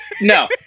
No